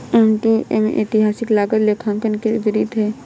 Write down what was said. M to M ऐतिहासिक लागत लेखांकन के विपरीत है